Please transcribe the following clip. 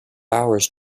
hours